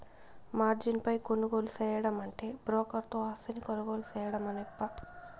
margin పై కొనుగోలు సేయడమంటే బ్రోకర్ తో ఆస్తిని కొనుగోలు సేయడమేనప్పా